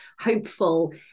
hopeful